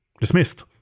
Dismissed